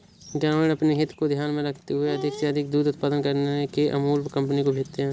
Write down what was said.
ग्रामीण अपनी हित को ध्यान में रखते हुए अधिक से अधिक दूध उत्पादन करके अमूल कंपनी को भेजते हैं